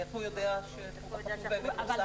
איך הוא יודע שהכלב מחוסן?